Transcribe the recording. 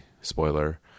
Spoiler